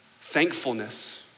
thankfulness